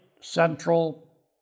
central